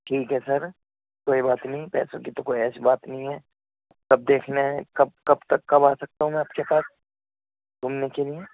ٹھیک ہے سر کوئی بات نہیں پیسوں کی تو کوئی ایسی بات نہیں ہے اب دیکھنا ہے کب کب تک کب آ سکتا ہوں میں آپ کے پاس گھومنے کے لیے